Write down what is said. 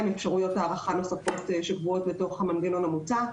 עם אפשרויות הארכה נוספות שקבועות בתוך המנגנון המוצע.